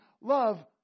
love